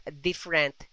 different